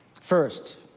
First